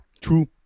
True